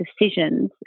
decisions